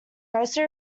mostly